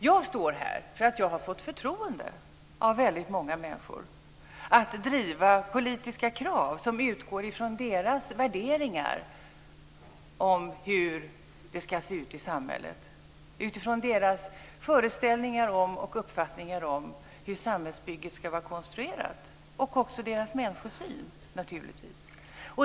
Jag står här för att jag har fått förtroende av väldigt många människor att driva politiska krav, som utgår från deras värderingar i fråga om hur det ska se ut i samhället, från deras föreställningar och uppfattningar om hur samhällsbygget ska vara konstruerat, och naturligtvis också deras människosyn.